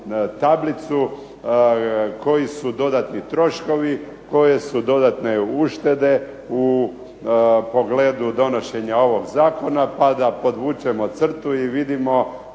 tablicu koji su dodatni troškovi, koje su dodatne uštede u pogledu donošenja ovog zakona, pa da podvučemo crtu i vidimo